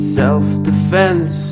self-defense